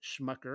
Schmucker